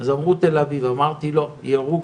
אז אמרו תל אביב, אז אמרתי לא, ירוחם,